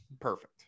perfect